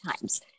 times